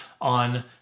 on